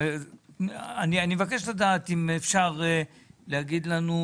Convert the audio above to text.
אני מבקש לדעת אם אפשר להגיד לנו,